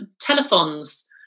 telephones